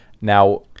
Now